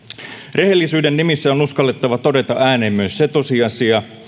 rehellisyyden nimissä on uskallettava todeta ääneen myös se tosiasia